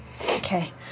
Okay